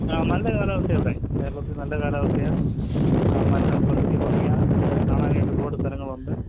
ആ നല്ല കാലാവസ്ഥയാണ് ഇവിടെ കേരളത്തിൽ നല്ല കാലാവസ്ഥയാണ് ആ നല്ല പ്രകൃതി ഭംഗിയാണ് അത് കാണാനായിട്ട് ഒരുപാട് സ്ഥലങ്ങളുണ്ട്